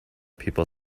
people